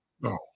No